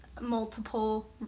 multiple